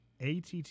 att